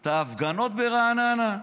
את ההפגנות ברעננה,